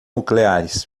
nucleares